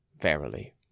Verily